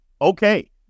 Okay